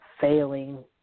failing